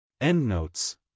Endnotes